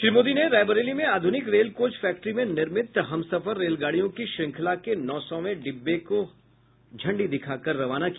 श्री मोदी ने रायबरेली में आधुनिक रेल कोच फैक्ट्री में निर्मित हमसफर रेलगाड़ियों की श्रंखला के नौ सौवें डिब्बे को झंडी दिखाकर रवाना किया